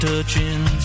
Touching